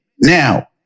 Now